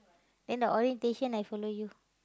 then the orientation I follow you